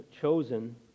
chosen